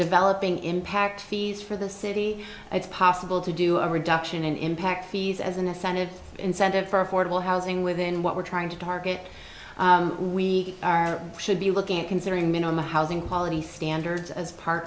developing impact fees for the city it's possible to do a reduction in impact fees as an incentive incentive for affordable housing within what we're trying to target we should be looking at considering minima housing quality standards as part